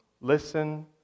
listen